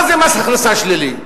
מה זה מס הכנסה שלילי?